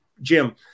Jim